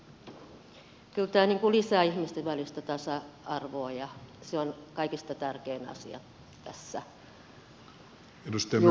kyllä tämä lisää ihmisten välistä tasa arvoa ja se on kaikista tärkein asia tässä juvosen lakialoitteessa